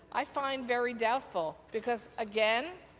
i find very doubtful because, again,